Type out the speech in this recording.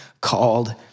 called